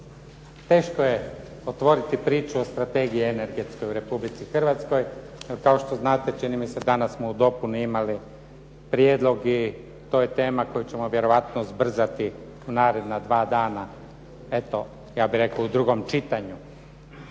teško je otvoriti o strategiji energetskoj u Republici Hrvatskoj, jer kao što znate čini mi se danas smo u dopuni imali prijedlog i to je tema koju ćemo vjerojatno zbrzati u naredna dva dana, eto ja bih rekao u drugom čitanju.